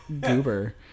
goober